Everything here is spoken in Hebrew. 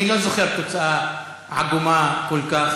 אני לא זוכר תוצאה עגומה כל כך